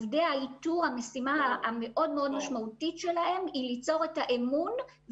המשימה של עובדי האיתור היא ליצור את האמון,